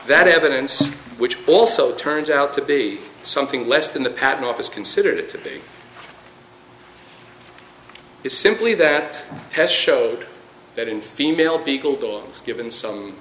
that evidence which also turns out to be something less than the patent office considered it to be is simply that tests show that in female beagle dogs given some